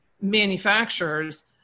manufacturers